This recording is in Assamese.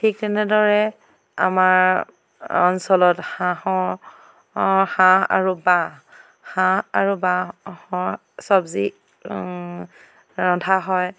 ঠিক তেনেদৰে আমাৰ অঞ্চলত হাঁহৰ হাঁহ আৰু বাঁহ হাঁহ আৰু বাঁহৰ চব্জি ৰন্ধা হয়